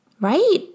right